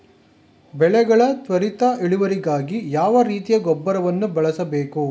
ಬೆಳೆಗಳ ತ್ವರಿತ ಇಳುವರಿಗಾಗಿ ಯಾವ ರೀತಿಯ ಗೊಬ್ಬರವನ್ನು ಬಳಸಬೇಕು?